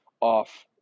off